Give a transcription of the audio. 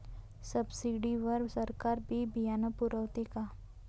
Subsidy वर सरकार बी बियानं पुरवते का?